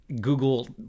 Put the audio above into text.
Google